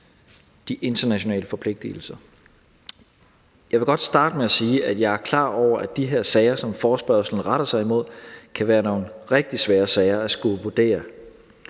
de internationale forpligtelser. Jeg vil godt starte med at sige, at jeg er klar over, at de her sager, som forespørgslen retter sig imod, kan være nogle rigtig svære sager at skulle vurdere.